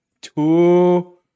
two